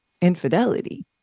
infidelity